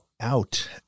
out